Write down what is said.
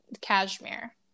cashmere